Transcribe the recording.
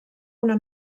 una